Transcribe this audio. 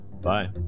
Bye